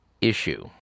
issue